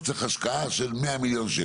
צריך השקעה של 100 מיליון שקל.